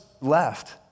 left